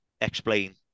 explain